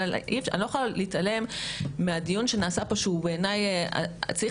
אבל אני לא יכולה להתעלם מהדיון שנעשה כאן הוא בעיניי --- צריך